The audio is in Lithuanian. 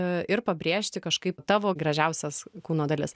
ir pabrėžti kažkaip tavo gražiausias kūno dalis